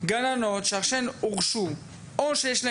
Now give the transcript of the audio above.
מקרים של גננות שהורשעו או שיש להן